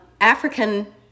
African